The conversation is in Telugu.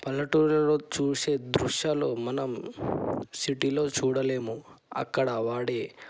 పల్లెటూళ్ళలో చూసే దృశ్యాలు మనం సిటీలో చూడలేము అక్కడ వాడే